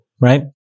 Right